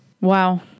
Wow